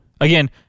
Again